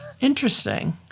Interesting